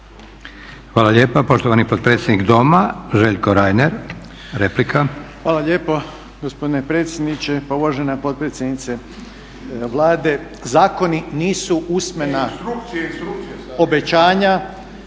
Hvala lijepa. Poštovani potpredsjednik doma Željko Reiner, replika. **Reiner, Željko (HDZ)** Hvala lijepo gospodine predsjedniče. Pa uvažena potpredsjednice Vlade, zakoni nisu usmena obećanja,